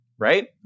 right